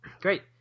Great